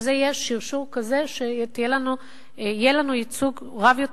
שזה יהיה שרשור כזה ויהיה לנו ייצוג רב יותר